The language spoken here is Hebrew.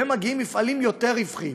ומגיעים מפעלים יותר רווחיים.